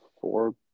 four